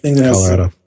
Colorado